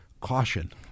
caution